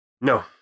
no